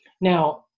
Now